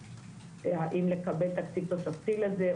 האם לקבל תקציב תוספתי לזה,